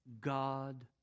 God